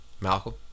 Malcolm